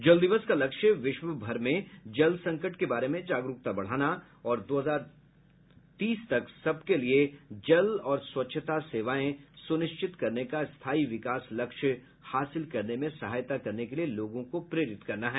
जल दिवस का लक्ष्य विश्व भर में जल संकट के बारे में जागरुकता बढ़ाना और दो हजार तीस तक सबके लिए जल और स्वच्छता सेवाएं सुनिश्चित करने का स्थायी विकास लक्ष्य हासिल करने में सहायता करने के लिए लोगों को प्रेरित करना है